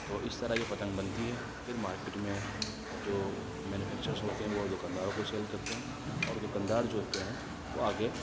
تو اس طرح یہ پتنگ بنتی ہے پھر مارکیٹ میں جو مینوفیکچرس ہوتے ہیں وہ دوکانداروں کو سیل کرتے ہیں اور دوکاندار جو ہوتے ہیں وہ آگے